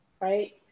right